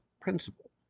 principle